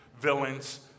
villains